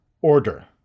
order